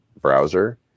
browser